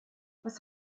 was